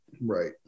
Right